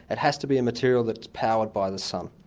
it has to be a material that's powered by the sun.